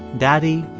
daddy,